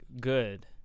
good